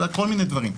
כל מיני דברים.